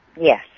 Yes